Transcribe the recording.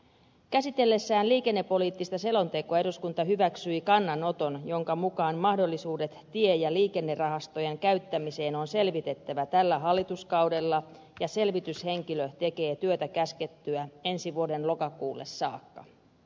käsitellessään liikennepoliittista selontekoa eduskunta hyväksyi kannanoton jonka mukaan mahdollisuudet tie ja liikennerahastojen käyttämiseen on selvitettävä tällä hallituskaudella ja selvityshenkilö tekee työtä käskettyä ensi vuoden lokakuulle saakka